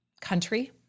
country